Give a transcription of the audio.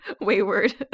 Wayward